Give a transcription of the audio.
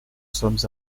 sommes